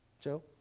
Joe